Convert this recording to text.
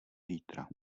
zítra